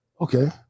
Okay